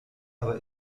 aber